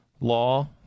law